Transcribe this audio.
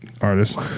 artist